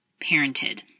parented